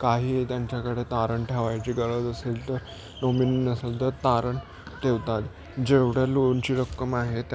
काही त्यांच्याकडे तारण ठेवायची गरज असेल तर नोमिनी नसेल तर तारण ठेवतात जेवढं लोनची रक्कम आहे त्या